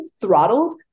throttled